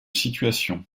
situation